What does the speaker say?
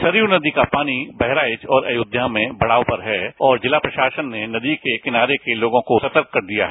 सरयू नदी का पानी बहराइच और अयोध्या में बढाव पर है और जिला प्रशासन ने नदी के किनारे के लोगों को सतर्क कर दिया है